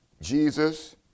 Jesus